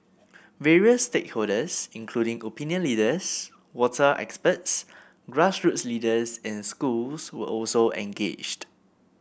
various stakeholders including opinion leaders water experts grassroots leaders and schools were also engaged